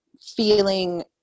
feeling